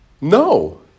No